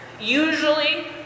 usually